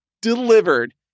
delivered